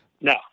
No